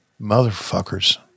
Motherfuckers